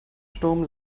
sturm